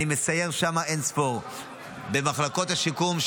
אני מסייר שם אין-ספור במחלקות השיקום.